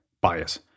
bias